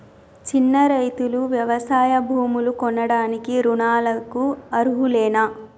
చిన్న రైతులు వ్యవసాయ భూములు కొనడానికి రుణాలకు అర్హులేనా?